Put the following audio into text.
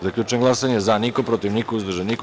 Zaključujem glasanje: za – niko, protiv – niko, uzdržan – niko.